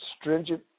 stringent